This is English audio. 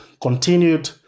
continued